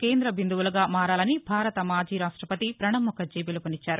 కేంద్ర బిందువులుగా మారాలని భారత మాజీ రాష్టపతి పణబ్ముఖర్జీ పిలుపునిచ్చారు